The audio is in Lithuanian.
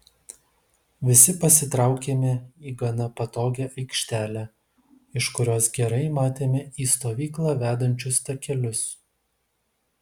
visi pasitraukėme į gana patogią aikštelę iš kurios gerai matėme į stovyklą vedančius takelius